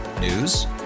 News